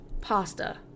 pasta